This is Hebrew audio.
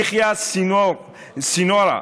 יחיא סנוואר,